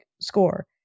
score